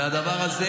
מאה אחוז,